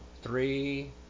three